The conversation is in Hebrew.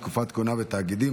תקופות כהונה ותאגידים),